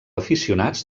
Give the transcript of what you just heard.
aficionats